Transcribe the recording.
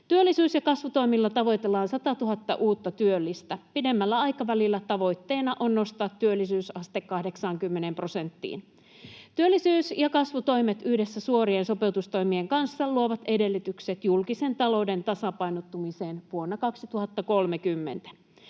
Työllisyys- ja kasvutoimilla tavoitellaan 100 000:ta uutta työllistä. Pidemmällä aikavälillä tavoitteena on nostaa työllisyysaste 80 prosenttiin. Työllisyys- ja kasvutoimet yhdessä suorien sopeutustoimien kanssa luovat edellytykset julkisen talouden tasapainottumiselle vuonna 2030.